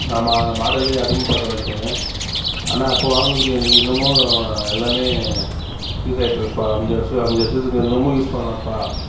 நான் மா மாடலு அதிகமாக பார்த்து வாய்ங்கோன்னு ஆனால் அப்போது வாங்கினதுக்கு எங்களுக்கு இன்னமும் எல்லாமே யூஸ் ஆகிட்ருக்குப்பா அஞ்சு வருஷ அஞ்சு வருஷத்துக்கு இன்னமும் யூஸ் பண்ணலாம்பா